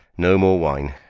no more wine.